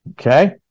Okay